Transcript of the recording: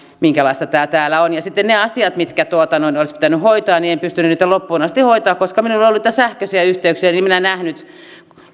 minkälaista tämä täällä on sitten niitä asioita mitkä olisi pitänyt hoitaa en pystynyt loppuun asti hoitamaan koska minulla ei ollut niitä sähköisiä yhteyksiä niin että minä en nähnyt